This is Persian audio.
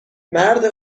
مرد